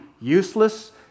useless